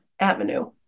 avenue